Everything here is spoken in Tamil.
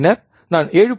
பின்னர் நான் 7